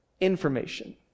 information